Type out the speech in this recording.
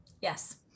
Yes